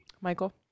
Michael